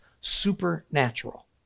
supernatural